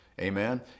Amen